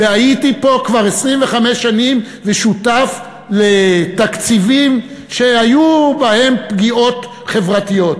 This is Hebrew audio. והייתי פה כבר 25 שנים ושותף לתקציבים שהיו בהם פגיעות חברתיות.